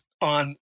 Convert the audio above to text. on